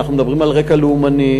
אנחנו מדברים על רקע לאומני,